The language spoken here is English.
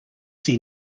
see